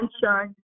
sunshine